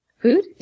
Food